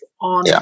on